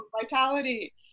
vitality